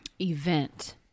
event